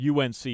UNC